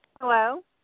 Hello